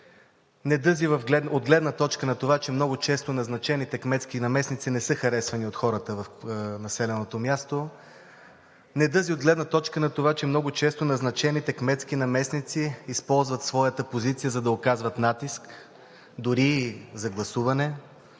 Недъзи от гледна точка на това, че много често назначените кметски наместници не са харесвани от хората в населеното място; недъзи от гледна точка на това, че много често назначените кметски наместници използват своята позиция, за да оказват натиск, дори и за гласуване;